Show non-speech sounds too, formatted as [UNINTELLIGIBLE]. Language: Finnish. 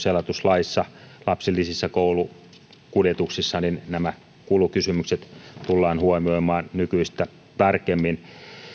[UNINTELLIGIBLE] elatuslaissa lapsilisissä ja koulukuljetuksissa nämä kulukysymykset tullaan huomioimaan nykyistä tarkemmin